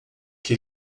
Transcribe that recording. que